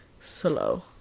slow